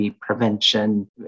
prevention